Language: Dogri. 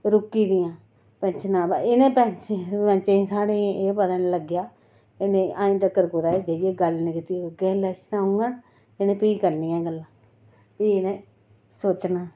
रुकी दियां पेंशनां ते इ'नें सरपैंचें साढ़े गी एह् पता निं लग्गेआ ते अजें तगर कुतै गल्ल निं कीती ते इलैक्शनें ते भी करनियां इ'नें गल्लां ते भी इ'नें सोचनां